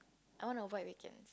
I want to avoid weekends